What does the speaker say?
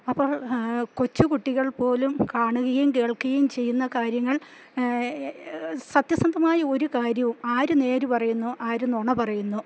അപ്പോൾ കൊച്ചുകുട്ടികൾ പോലും കാണുകയും കേൾക്കുകയും ചെയ്യുന്ന കാര്യങ്ങൾ സത്യസന്ധമായ ഒരു കാര്യവും ആര് നേര് പറയുന്നു ആര് നുണ പറയുന്നു